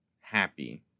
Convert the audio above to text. happy